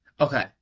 Okay